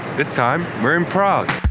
this time we're in prague!